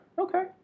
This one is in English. Okay